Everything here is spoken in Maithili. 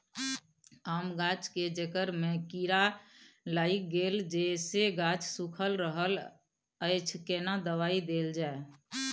आम गाछ के जेकर में कीरा लाईग गेल जेसे गाछ सुइख रहल अएछ केना दवाई देल जाए?